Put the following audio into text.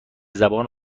زبان